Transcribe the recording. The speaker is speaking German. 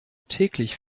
täglich